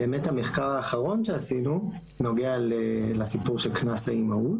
באמת המחקר האחרון שעשינו נוגע לסיפור של קנס האימהות,